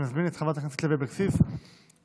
אני מזמין את חברת הכנסת לוי אבקסיס להציג